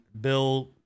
Bill